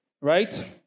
Right